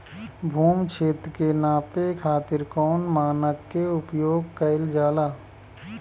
भूमि क्षेत्र के नापे खातिर कौन मानक के उपयोग कइल जाला?